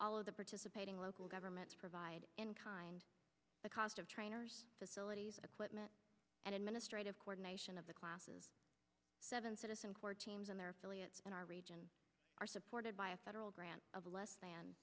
all of the participating local governments provide in kind the cost of trainers facilities and equipment and administrative coordination of the classes seven citizen corps teams and their affiliates in our region are supported by a federal grant of less than